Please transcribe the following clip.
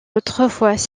autrefois